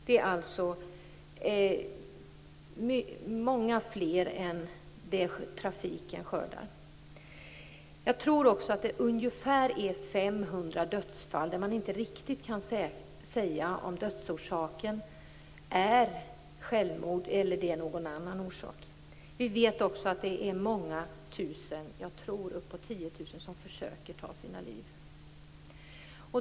Det är alltså många fler än vad trafiken skördar. Jag tror också att det ungefär är 500 dödsfall där man inte riktigt kan säga om dödsorsaken är självmord eller om det är någon annan orsak. Vi vet att det är många tusen, uppåt 10 000, som försöker ta sina liv.